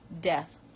death